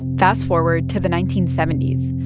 fast-forward to the nineteen seventy s.